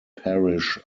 parish